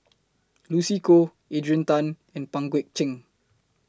Lucy Koh Adrian Tan and Pang Guek Cheng